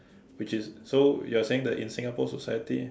which is so you are saying that in Singapore society